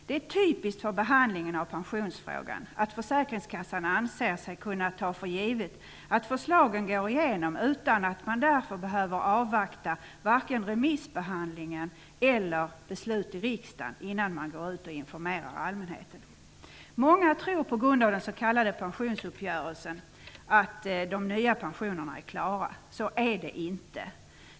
Det är typiskt för behandlingen av pensionsfrågan att Försäkringskassan anser sig kunna ta för givet att förslagen går igenom utan att man därför behöver avvakta vare sig remissbehandlingen eller beslut i riksdagen innan man går ut och informerar allmänheten. Många tror på grund av den s.k. pensionsuppgörelsen att de nya pensionerna är klara. Så är det inte.